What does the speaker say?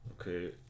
Okay